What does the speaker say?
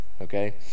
okay